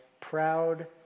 proud